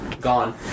Gone